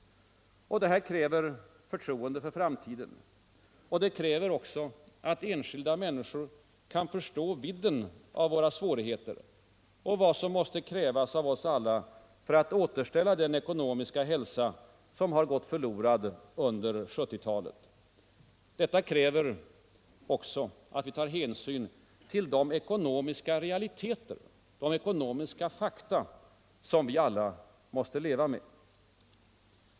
Detta kräver förtroende för framtiden. Och det kriver att enskilda människor kan förstå vidden av våra svårigheter och vad som måste krävas av oss alla för att återställa den Finansdebatt Finansdebatt ekonomiska hälsa som gått förlorad under 1970-talet. Detta kräver också att vi tar hänsyn till de ekonomiska realiteter, de ekonomiska fakta, som vi alla måste leva med.